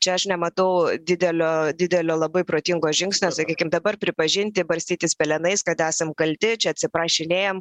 čia aš nematau didelio didelio labai protingo žingsnio sakykim dabar pripažinti barstytis pelenais kad esam kalti čia atsiprašinėjam